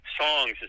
songs